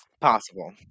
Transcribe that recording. possible